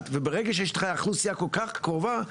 וברגע שיש לך אוכלוסייה כל כך קרובה,